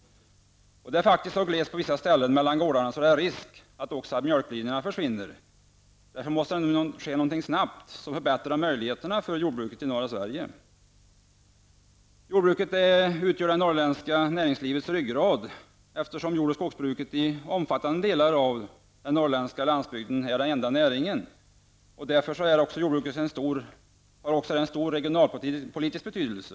Det är faktiskt på vissa ställen så glest mellan gårdarna att det är risk för att mjölklinjerna försvinner. Därför måste det nu ske någonting snabbt för att förbättra möjligheterna för jordbruket i norra Sverige. Jordbruket utgör det norrländska näringslivets ryggrad, eftersom jordoch skogsbruket i stora delar av den norrländska landsbygden är den enda näringen. Därför har jordbruket också en stor regionalpolitisk betydelse.